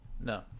No